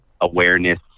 awareness